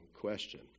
question